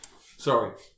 Sorry